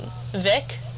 Vic